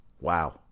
Wow